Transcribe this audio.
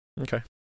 Okay